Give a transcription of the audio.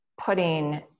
putting